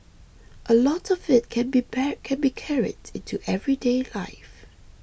a lot of it can be by can be carried into everyday life